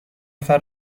نفر